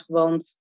want